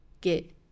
get